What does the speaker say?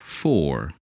Four